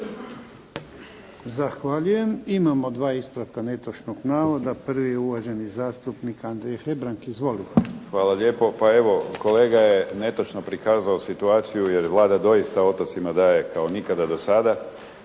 Zahvaljujem. Imamo dva ispravka netočnog navoda. Prvi je uvaženi zastupnik Andrija Hebrang. Izvolite. **Hebrang, Andrija (HDZ)** Hvala lijepo. Pa evo kolega je netočno prikazao situaciju jer Vlada doista otocima daje kao nikada do sada